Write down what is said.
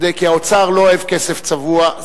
כי האוצר לא אוהב כסף צבוע,